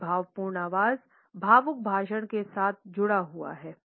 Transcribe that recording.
एक भावपूर्ण आवाज़ भावुक भाषण के साथ जुड़ा हुआ है